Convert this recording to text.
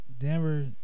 Denver